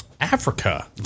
Africa